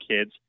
kids